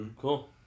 Cool